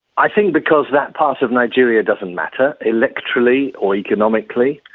i think because that part of nigeria doesn't matter electorally or economically.